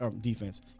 defense